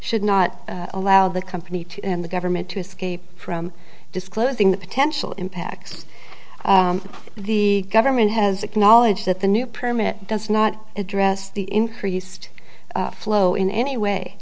should not allow the company in the government to escape from disclosing the potential impacts the government has acknowledged that the new permit does not address the increased flow in any